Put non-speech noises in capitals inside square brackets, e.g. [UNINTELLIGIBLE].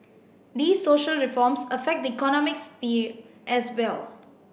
these social reforms affect the economic [UNINTELLIGIBLE] as well